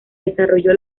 desarrolló